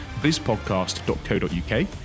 bizpodcast.co.uk